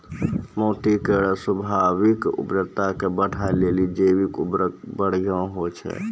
माटी केरो स्वाभाविक उर्वरता के बढ़ाय लेलि जैविक उर्वरक बढ़िया होय छै